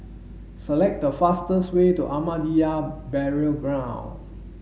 select the fastest way to Ahmadiyya Burial Ground